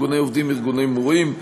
ארגוני עובדים וארגוני מורים.